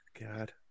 god